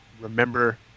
remember